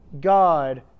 God